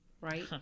right